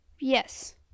Yes